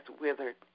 withered